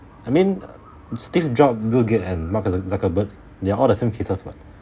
I mean steve jobs bill gates and mark zuckerberg they are all the same cases [what]